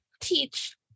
teach